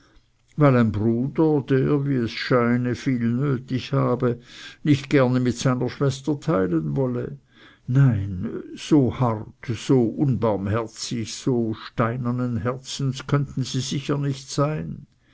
weil ein bruder der wie es scheine viel nötig habe nicht gerne mit seiner schwester teilen wolle nein so hart so unbarmherzig so steinernen herzens könnten sie sicher nicht sein